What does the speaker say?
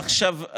עכשיו,